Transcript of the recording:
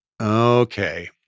okay